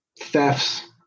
thefts